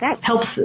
helps